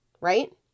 right